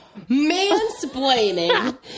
Mansplaining